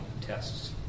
tests